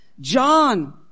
John